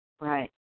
Right